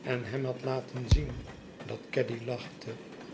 en hem had laten zien dat caddy lachte